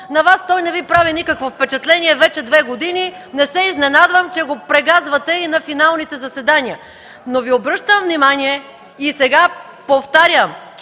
На Вас той не Ви прави никакво впечатление вече две години, не се изненадвам, че го прегазвате и на финалните заседания. Но Ви обръщам внимание, и сега повтарям,